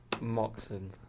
Moxon